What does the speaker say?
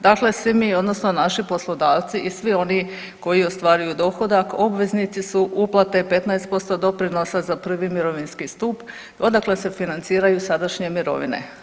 Dakle, svi mi odnosno naši poslodavci i svi oni koji ostvaruju dohodak obveznici su uplate 15% doprinosa za prvi mirovinski stup odakle se financiraju sadašnje mirovine.